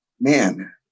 man